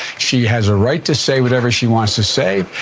she has a right to say whatever she wants to say.